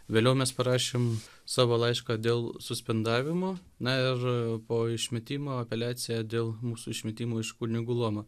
vėliau mes parašėm savo laišką dėl suspendavimo na ir po išmetimo apeliaciją dėl mūsų išmetimo iš kunigų luomo